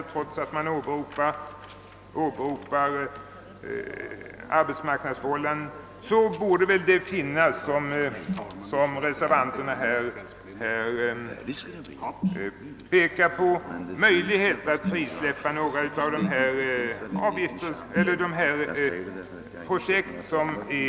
Byggnadsuppgifter för totalt 3,7 miljarder kronor har stoppats, och bland dem måste finnas projekt som ligger längre fram i kön än nybyggnaden för radio och TV i Göteborg. Herr talman! Här har diskuterats vad regeringen egentligen håller på med när det gäller budgeten 1968/69.